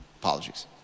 apologies